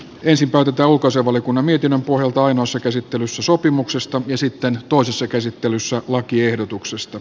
ensin päätetään ulkoasiainvaliokunnan mietinnön pohjalta ainoassa käsittelyssä sopimuksesta ja sitten toisessa käsittelyssä lakiehdotuksesta